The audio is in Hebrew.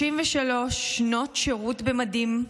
33 שנות שירות במדים,